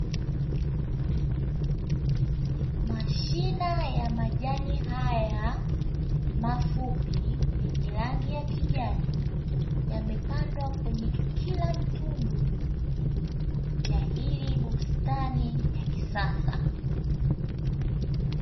Mashina ya majani haya mafupi yenye rangi ya kijani yamepandwa kwenye kila tundu ya hili bustani ya kisasa.